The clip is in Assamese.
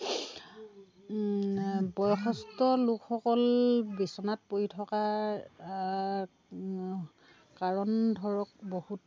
বয়সস্ত লোকসকল বিচনাত পৰি থকাৰ কাৰণ ধৰক বহুত